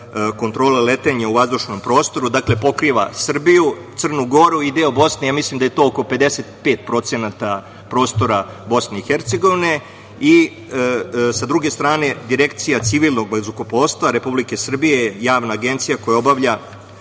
kontrole letenja u vazdušnom prostoru. Dakle, pokriva Srbiju, Crnu Goru i deo Bosne. Mislim da je to oko 55% prostora BiH. S druge strane, Direkcija civilnog vazduhoplovstva Republike Srbije je javna agencija koja obavlja